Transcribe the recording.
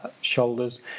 shoulders